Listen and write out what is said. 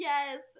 Yes